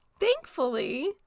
Thankfully